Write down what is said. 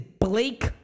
Blake